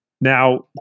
Now